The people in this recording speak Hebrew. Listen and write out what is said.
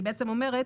אני בעצם אומרת